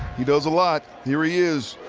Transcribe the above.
he does a lot. here he is,